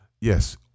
yes